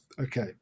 okay